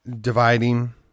dividing